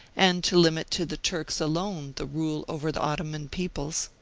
and to limit to the turks alone the rule over the ottoman peoples.